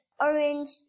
orange